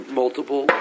multiple